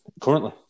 currently